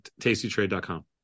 tastytrade.com